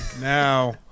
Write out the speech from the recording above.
now